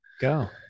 go